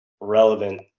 relevant